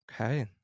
Okay